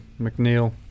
McNeil